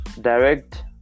direct